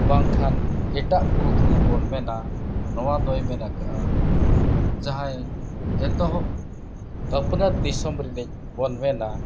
ᱵᱟᱝᱠᱷᱟᱱ ᱮᱴᱟᱜ ᱯᱩᱨᱩᱫᱷᱩᱞ ᱵᱚᱱ ᱢᱮᱱᱟ ᱱᱚᱣᱟ ᱫᱚᱭ ᱢᱮᱱ ᱠᱟᱜᱼᱟᱭ ᱡᱟᱦᱟᱸᱭ ᱮᱛᱚᱦᱚᱵ ᱟᱯᱱᱟᱨ ᱫᱤᱥᱚᱢ ᱨᱤᱱᱤᱡ ᱵᱚᱱ ᱢᱮᱱᱟ